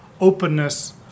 openness